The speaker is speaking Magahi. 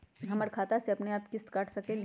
हमर खाता से अपनेआप किस्त काट सकेली?